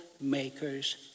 Makers